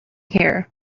here